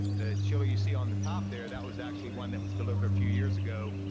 the chiller you see on the top, there, that was actually one that was delivered a few years ago,